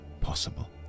possible